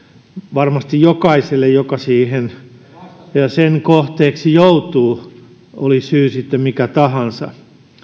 varmasti jokaiselle joka sen kohteeksi joutuu oli syy sitten mikä tahansa